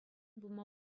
пулма